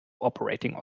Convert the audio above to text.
operating